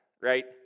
right